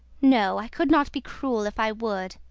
no i could not be cruel if i would.